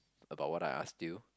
about what I asked you